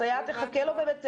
הסייעת תחכה לו בבית הספר,